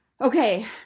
Okay